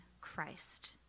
Christ